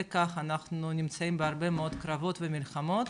אנחנו נמצאים בהרבה מאוד קרבות ומלחמות,